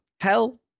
Hell